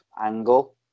angle